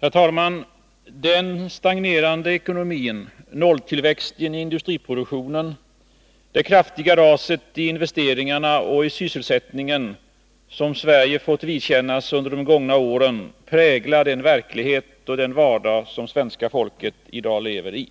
Herr talman! Den stagnerande ekonomin, nolltillväxten i industriproduktionen, det kraftiga raset i investeringarna och i sysselsättningen, som Sverige fått vidkännas under de gångna åren, präglar den verklighet och den vardag som svenska folket i dag lever i.